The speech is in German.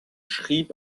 schrieb